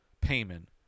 payment